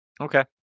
Okay